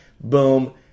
Boom